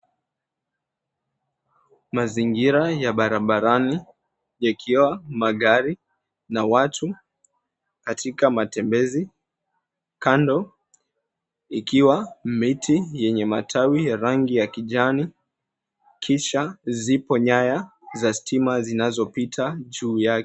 Mazingira ya barabarani yakiwa na magari na watu katika matembezi kando ikiwa miti yenye rangi ya kijani, kisha zipo nyaya za stima zinazopita juu yake.